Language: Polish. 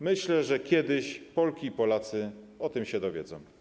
Myślę, że kiedyś Polki i Polacy o tym się dowiedzą.